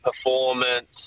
performance